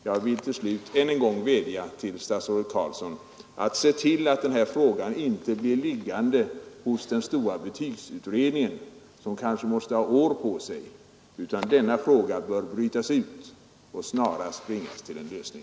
Jag vädjar än en gång till statsrådet Carlsson att se till att den här frågan inte blir liggande hos den stora betygsutredningen, som kanske måste ha år på sig. Denna fråga bör brytas ut och snarast bringas till en lösning.